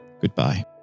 goodbye